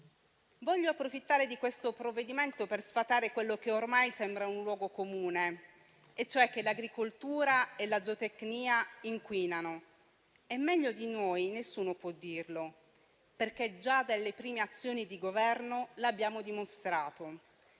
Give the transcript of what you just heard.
Voglio approfittare di questo provvedimento per sfatare quello che ormai sembra un luogo comune e cioè che l'agricoltura e la zootecnia inquinano. Meglio di noi nessuno può dirlo, perché già dalle prime azioni di governo l'abbiamo dimostrato.